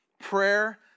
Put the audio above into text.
prayer